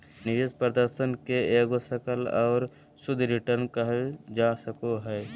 निवेश प्रदर्शन के एगो सकल और शुद्ध रिटर्न कहल जा सको हय